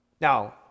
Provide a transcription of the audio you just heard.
Now